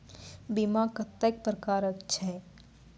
बीमा कत्तेक प्रकारक छै?